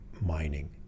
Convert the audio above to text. mining